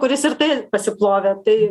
kuris ir tai pasiplovė tai